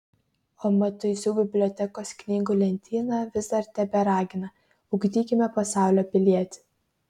o matuizų bibliotekos knygų lentyna vis dar teberagina ugdykime pasaulio pilietį